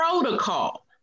protocol